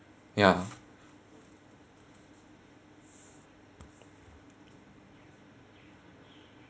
ya